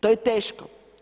To je teško.